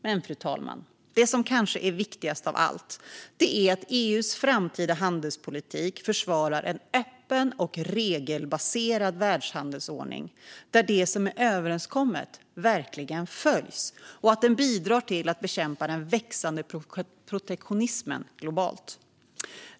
Men, fru talman, det som kanske är viktigast av allt är att EU:s framtida handelspolitik försvarar en öppen och regelbaserad världshandelsordning där det som är överenskommet verkligen följs och att den bidrar till att bekämpa den växande protektionismen globalt.